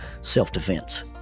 self-defense